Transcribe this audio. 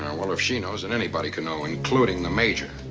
and well, if she knows, then anybody could know, including the major.